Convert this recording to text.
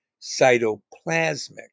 cytoplasmic